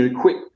quick